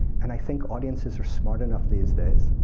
and i think audiences are smart enough these days